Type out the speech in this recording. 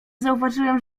zauważyłem